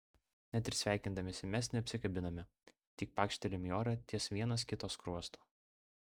net ir sveikindamiesi mes neapsikabiname tik pakštelim į orą ties vienas kito skruostu